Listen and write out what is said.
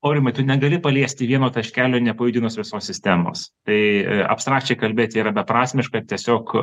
aurimai tu negali paliesti vieno taškelio nepajudinus visos sistemos tai e abstrakčiai kalbėti yra beprasmiška ir tiesiog